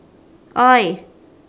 !oi!